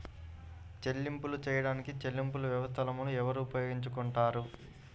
చెల్లింపులు చేయడానికి చెల్లింపు వ్యవస్థలను ఎవరు ఉపయోగించుకొంటారు?